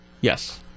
Yes